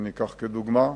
אם ניקח כדוגמה.